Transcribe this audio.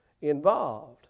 involved